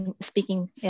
speaking